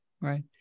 Right